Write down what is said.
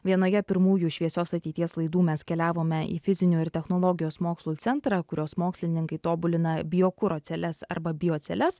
vienoje pirmųjų šviesios ateities laidų mes keliavome į fizinių ir technologijos mokslų centrą kurios mokslininkai tobulina biokuro celes arba bio celes